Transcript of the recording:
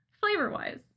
flavor-wise